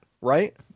right